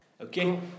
Okay